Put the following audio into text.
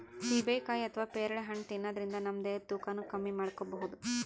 ಸೀಬೆಕಾಯಿ ಅಥವಾ ಪೇರಳೆ ಹಣ್ಣ್ ತಿನ್ನದ್ರಿನ್ದ ನಮ್ ದೇಹದ್ದ್ ತೂಕಾನು ಕಮ್ಮಿ ಮಾಡ್ಕೊಬಹುದ್